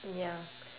ya